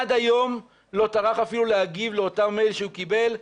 עד היום הוא לא טרח אפילו להגיב לאותו מייל שהוא קיבל,